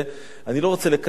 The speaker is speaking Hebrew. אני לא רוצה לקטרג עליו.